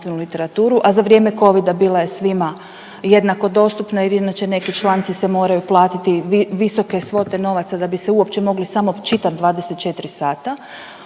a za vrijeme Covida bila je svima jednako dostupna, jer inače neki članci se moraju platiti visoke svote novaca da bi se uopće mogli samo čitat 24 sata,